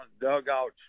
dugouts